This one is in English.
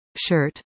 shirt